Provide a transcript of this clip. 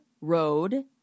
road